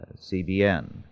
CBN